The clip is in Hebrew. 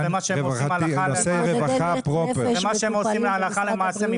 זה מה שהם עושים, הלכה למעשה.